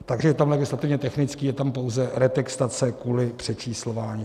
Takže je tam legislativně technický, je tam pouze retextace kvůli přečíslování.